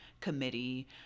committee